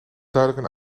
duidelijk